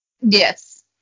Yes